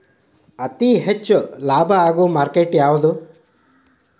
ಅತಿ ಹೆಚ್ಚು ಲಾಭ ಆಗುವ ಮಾರ್ಕೆಟ್ ಯಾವುದು?